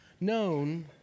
known